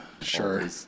sure